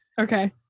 Okay